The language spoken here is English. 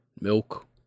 milk